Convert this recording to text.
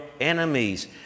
enemies